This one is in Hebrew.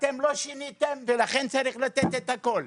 אתם לא שיניתם ולכן צריך לתת את הכול.